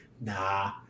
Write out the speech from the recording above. Nah